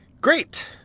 Great